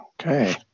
Okay